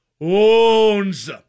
Owns